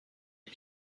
les